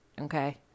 Okay